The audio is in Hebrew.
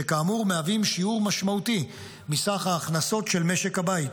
שכאמור מהווים שיעור משמעותי מסך ההכנסות של משק הבית.